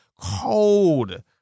Cold